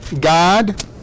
God